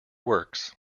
works